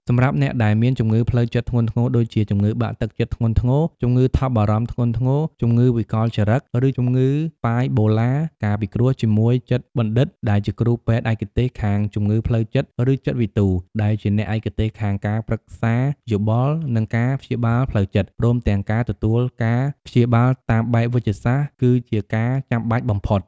សម្រាប់អ្នកដែលមានជំងឺផ្លូវចិត្តធ្ងន់ធ្ងរដូចជា ជំងឺបាក់ទឹកចិត្តធ្ងន់ធ្ងរ, ជំងឺថប់បារម្ភធ្ងន់ធ្ងរ , ជំងឺវិកលចរិត ឬជំងឺបាយប៉ូឡា ការពិគ្រោះជាមួយចិត្តបណ្ឌិត ដែលជាគ្រូពេទ្យឯកទេសខាងជំងឺផ្លូវចិត្ត ឬចិត្តវិទូ ដែលជាអ្នកឯកទេសខាងការប្រឹក្សាយោបល់ និងការព្យាបាលផ្លូវចិត្ត ព្រមទាំងការទទួលការព្យាបាលតាមបែបវេជ្ជសាស្ត្រ គឺជាការចាំបាច់បំផុត។